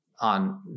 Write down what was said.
on